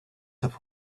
have